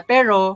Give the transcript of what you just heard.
Pero